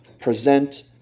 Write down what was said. present